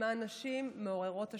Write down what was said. בסימן נשים מעוררות השראה.